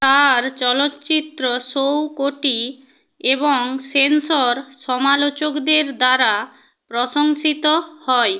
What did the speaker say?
তার চলচ্চিত্র সো কোটি এবং সেন্সর সমালোচকদের দ্বারা প্রশংসিত হয়